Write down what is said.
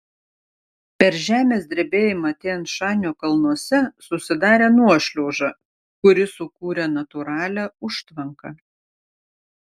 per žemės drebėjimą tian šanio kalnuose susidarė nuošliauža kuri sukūrė natūralią užtvanką